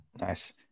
Nice